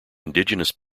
indigenous